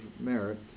merit